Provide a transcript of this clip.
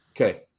Okay